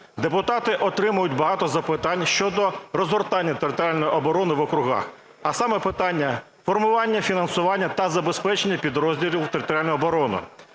депутати отримують багато запитань щодо розгортання територіальної оборони в округах, а саме, питання формування фінансування та забезпечення підрозділів у територіальній обороні.